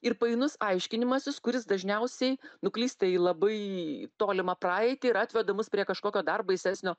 ir painus aiškinimasis kuris dažniausiai nuklysta į labai tolimą praeitį ir atveda mus prie kažkokio dar baisesnio